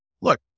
look